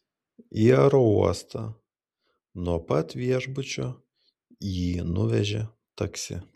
į aerouostą nuo pat viešbučio jį nuvežė taksi